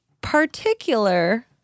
particular